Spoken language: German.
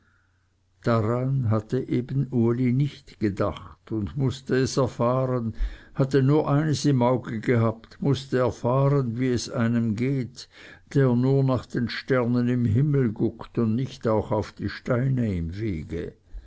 daran hatte eben uli nicht gedacht und mußte es erfahren hatte nur eines im auge gehabt mußte erfahren wie es einem geht der nur nach den sternen am himmel guckt und nicht auch auf die steine im wege